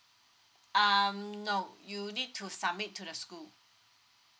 um no you need to submit to the school